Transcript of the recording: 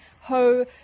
Ho